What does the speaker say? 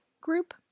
group